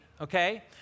okay